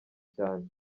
cyane